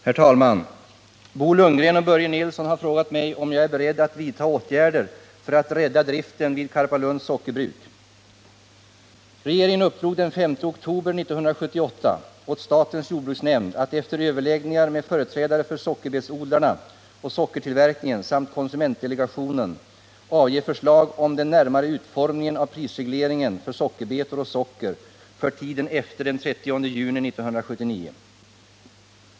Herr talman! Bo Lundgren och Börje Nilsson har frågat mig om jag är beredd att vidta åtgärder för att rädda driften vid Karpalunds Sockerbruk. Regeringen uppdrog den 5 oktober 1978 åt statens jordbruksnämnd att efter överläggningar med företrädare för sockerbetsodlarna och sockertillverkningen samt konsumentdelegationen avge förslag om den närmare utformningen av prisregleringen för sockerbetor och socker för tiden efter den 30 juni 1979.